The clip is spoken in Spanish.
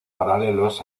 paralelos